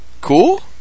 cool